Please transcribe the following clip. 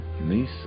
niece